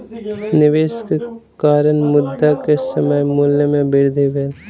निवेश के कारण, मुद्रा के समय मूल्य में वृद्धि भेल